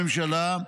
הממשלה,